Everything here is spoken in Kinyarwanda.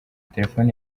telefoni